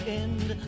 end